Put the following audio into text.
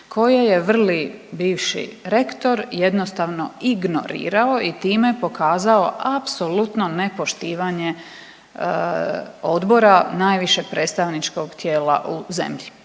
koje je vrli bivši rektor jednostavno ignorirao i time pokazao apsolutno ne poštivanje odbora najvišeg predstavničkog tijela u zemlji.